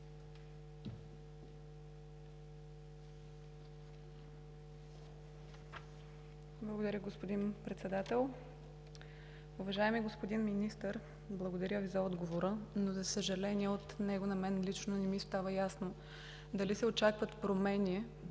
Благодаря, господин Председател.